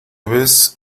ves